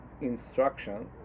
instruction